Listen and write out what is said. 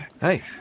Hey